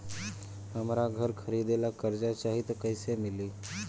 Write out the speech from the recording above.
हमरा घर खरीदे ला कर्जा चाही त कैसे मिली?